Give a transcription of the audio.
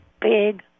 big